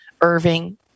Irving